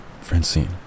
Francine